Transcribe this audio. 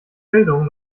bildung